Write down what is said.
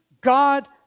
God